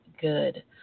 good